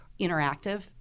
interactive